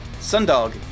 Sundog